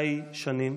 ח"י שנים,